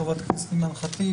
חברת הכנסת אימאן ח'טיב,